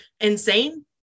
insane